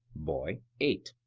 boy eight.